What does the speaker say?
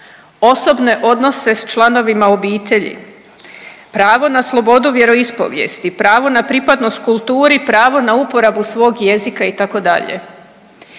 osobne odnose s članovima obitelji, pravo na slobodu vjeroispovijesti, pravo na pripadnost kulturi, pravo na uporabu svog jezika itd.